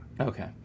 Okay